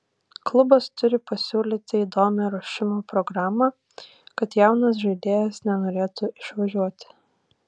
klubas turi pasiūlyti įdomią ruošimo programą kad jaunas žaidėjas nenorėtų išvažiuoti